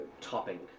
topping